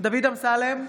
דוד אמסלם,